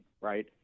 right